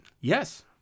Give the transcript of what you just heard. Yes